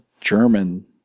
German